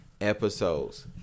episodes